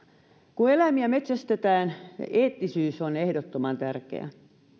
kun eläimiä metsästetään eettisyys on ehdottoman tärkeää